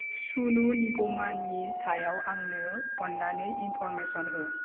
सनु निगमनि सायाव आंनो अन्नानै इनफ'रमेसन हो